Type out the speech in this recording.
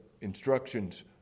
instructions